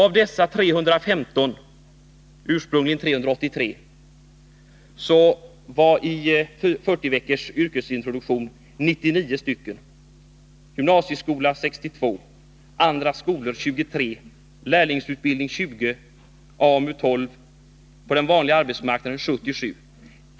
Av dessa 315 — ursprungligen 383 — var 99 stycken på 40 veckors yrkesintroduktion, 62 på gymnasieskola, 23 i annan skola, 20 på lärlingsutbildning, 12 på arbetsmarknadsutbildning och 77 på den vanliga arbetsmarknaden.